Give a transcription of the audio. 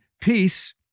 Peace